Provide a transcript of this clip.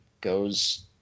goes